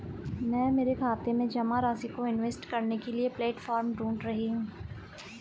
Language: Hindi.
मैं मेरे खाते में जमा राशि को इन्वेस्ट करने के लिए प्लेटफॉर्म ढूंढ रही हूँ